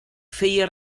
feia